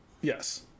Yes